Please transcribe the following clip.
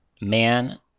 Man